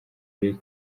ari